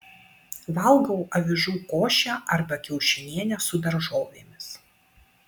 valgau avižų košę arba kiaušinienę su daržovėmis